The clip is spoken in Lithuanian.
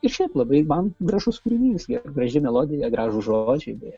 ir šiaip labai man gražus kūrinys graži melodija gražūs žodžiai beje